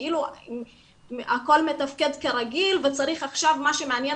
כאילו הכל מתפקד כרגיל ועכשיו מה שמעניין